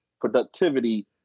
productivity